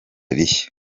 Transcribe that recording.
rishya